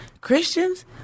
Christians